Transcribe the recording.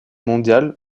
mondiale